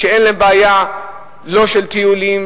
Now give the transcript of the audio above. שאין להם בעיה לא של טיולים,